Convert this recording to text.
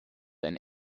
ein